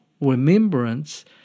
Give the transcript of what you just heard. remembrance